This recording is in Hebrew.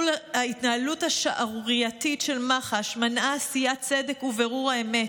ההתנהלות השערורייתית של מח"ש מנעה עשיית צדק ובירור האמת,